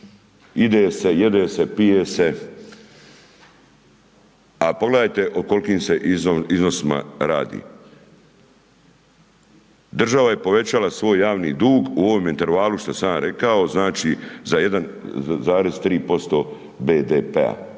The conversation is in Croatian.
ide se jede se, pije se, a pogledajte o kolikim se iznosima radi. Država je povećala svoj javni dug u ovome intervalu što sam ja rekao znači za 1,3% BDP-a,